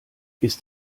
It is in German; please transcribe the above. ist